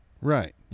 Right